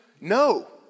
No